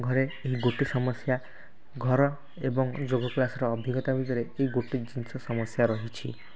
ଘରେ ଗୋଟେ ସମସ୍ୟା ଘର ଏବଂ ଯୋଗ କ୍ଲାସ୍ର ଅଧିକ୍ୟତା ଭିତରେ ଏଇ ଗୋଟିଏ ଜିନିଷ ସମସ୍ୟା ରହିଛି